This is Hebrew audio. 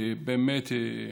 באמת,